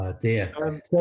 dear